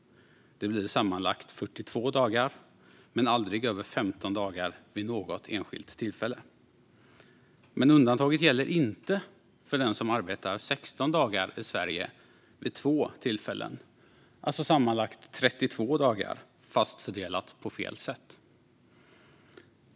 Det blir sammanlagt 42 dagar, men aldrig över 15 dagar vid något enskilt tillfälle. Men undantaget gäller inte för den som arbetar 16 dagar i Sverige vid två tillfällen, alltså sammanlagt 32 dagar fast fördelat på fel sätt.